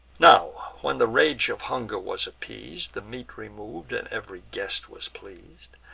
now, when the rage of hunger was appeas'd, the meat remov'd, and ev'ry guest was pleas'd,